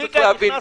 צריך להבין,